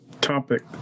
topic